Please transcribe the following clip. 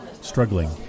struggling